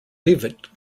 leavitt